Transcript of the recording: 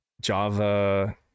Java